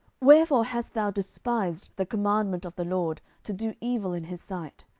wherefore hast thou despised the commandment of the lord, to do evil in his sight?